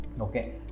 okay